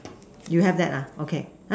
you have that ah okay !huh!